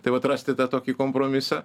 tai vat rasti tą tokį kompromisą